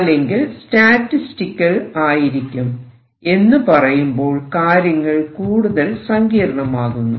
അല്ലെങ്കിൽ സ്റ്റാറ്റിസ്റ്റിക്കൽ ആയിരിക്കും എന്ന് പറയുമ്പോൾ കാര്യങ്ങൾ കൂടുതൽ സങ്കീർണമാകുന്നു